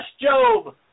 Job